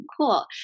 Cool